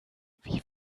wie